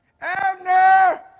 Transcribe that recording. Abner